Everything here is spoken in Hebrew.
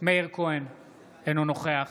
אינו נוכח